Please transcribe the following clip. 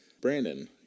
Brandon